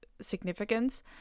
significance